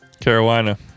Carolina